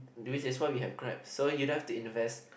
which is why we have Grab so you don't have to invest